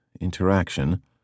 interaction